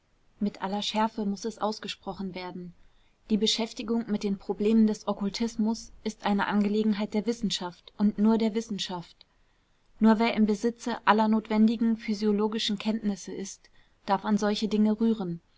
mit aller schärfe muß es ausgesprochen werden die beschäftigung mit den problemen des okkultismus ist eine angelegenheit der wissenschaft und nur der wissenschaft nur wer im besitze aller notwendigen physiologischen kenntnisse ist darf an solche dinge rühren